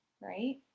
right